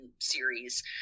series